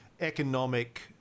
economic